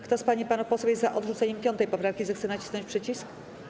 Kto z pań i panów posłów jest za odrzuceniem 5. poprawki, zechce nacisnąć przycisk.